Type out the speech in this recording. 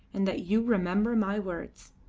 and that you remember my words.